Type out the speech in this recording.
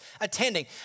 attending